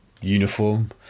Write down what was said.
uniform